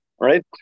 right